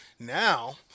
Now